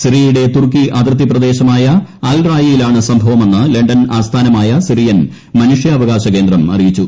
സിറിയയുടെ തുർക്കി അതിർത്തി പ്രദേശമായ അൽറായിയിലൂൺ് ് സംഭവമെന്ന് ലണ്ടൻ ആസ്ഥാനമായ സിറിയൻ മനുഷ്യാവകാശ ക്ന്ദ്രം അറിയിച്ചു